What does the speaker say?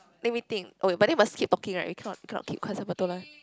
let me think oh but then we must keep talking right we cannot cannot keep quiet for too long